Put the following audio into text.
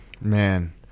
man